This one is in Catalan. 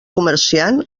comerciant